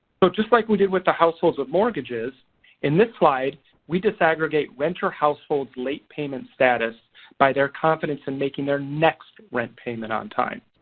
so just like we did with the households of mortgages in this slide we disaggregate renter households late payment status by their confidence in making their next rent payment on time.